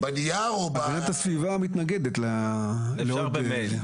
הגנת הסביבה מתנגדת לעוד נייר.